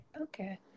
Okay